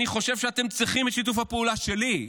אני חושב שאתם צריכים את שיתוף הפעולה שלי,